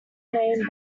name